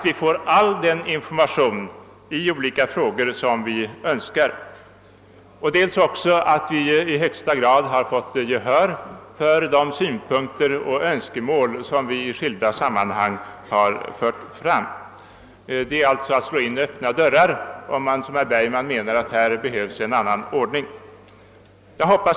Vi får all den information vi önskar i olika frågor, och vi har också i högsta grad fått gehör för de synpunkter och önskemål som vi i skilda sammanhang har fört fram. Det är sålunda att slå in öppna dörrar att förfäkta, som herr Bergman gör, att det här behövs en annan ordning.